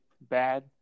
Bad